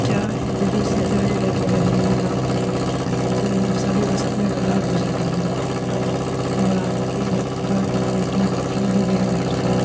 क्या यदि इसी तरह पैक करेंगे आप तो सभी वस्तुएं ख़राब हो जाएंगी और आपके एप पर रिटर्न ऑप्सन भी नहीं आ रहा है